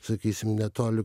sakysim netoli